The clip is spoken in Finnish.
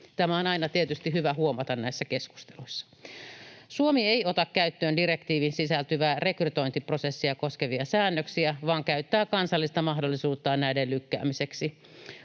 Tämä on aina tietysti hyvä huomata näissä keskusteluissa. Suomi ei ota käyttöön direktiiviin sisältyviä rekrytointiprosessia koskevia säännöksiä vaan käyttää kansallista mahdollisuuttaan näiden lykkäämiseksi.